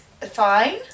fine